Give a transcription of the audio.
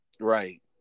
Right